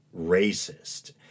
racist